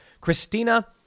Christina